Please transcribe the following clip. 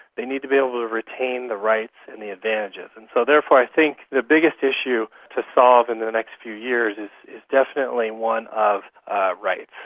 they need to be able to retain the rights and the advantages. and so therefore i think the biggest issue to solve in the next few years is definitely one of rights.